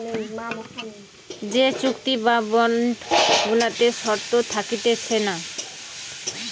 যে চুক্তি বা বন্ড গুলাতে শর্ত থাকতিছে না